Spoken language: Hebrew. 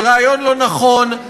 זה רעיון לא נכון,